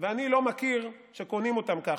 ואני לא מכיר שקונים אותן ככה,